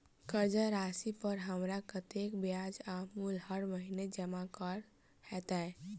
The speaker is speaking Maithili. कर्जा राशि पर हमरा कत्तेक ब्याज आ मूल हर महीने जमा करऽ कऽ हेतै?